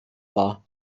war